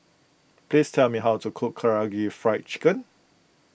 please tell me how to cook Karaage Fried Chicken